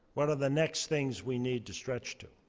what are the next things we need to stretch to?